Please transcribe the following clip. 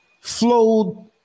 flowed